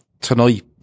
tonight